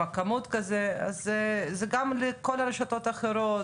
כמות כזו אז זה גם לכל הרשתות האחרות,